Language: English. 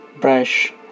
brush